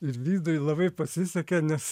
ir vidui labai pasisekė nes